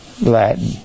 Latin